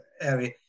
area